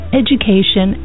education